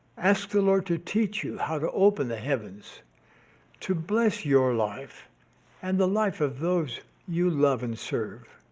ask the lord to teach you how to open the heavens to bless your life and the life of those you love and serve.